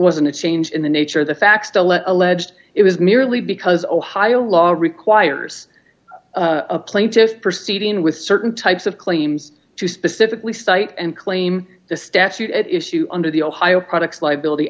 wasn't a change in the nature of the facts to let alleged it was merely because ohio law requires a plaintiff proceeding with certain types of claims to specifically cite and claim the statute at issue under the ohio products liability